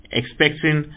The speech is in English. expecting